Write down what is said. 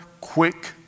quick